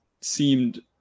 seemed